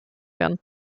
werden